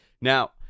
Now